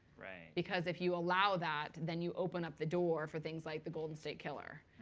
because if you allow that, then you open up the door for things like the golden state killer.